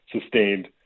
sustained